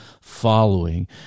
following